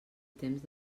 temps